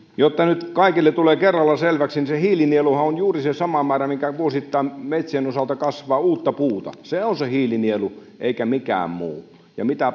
jotta nyt kaikille tulee kerralla selväksi niin hiilinieluhan on juuri se sama määrä mikä vuosittain metsien osalta kasvaa uutta puuta se on se hiilinielu eikä mikään muu ja mitä